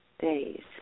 days